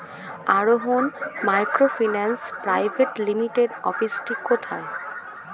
আরোহন microfinance private লিমিটেডের অফিসটি কোথায়?